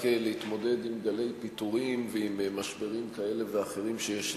להתמודד עם גלי פיטורים ועם משברים כאלה ואחרים שיש,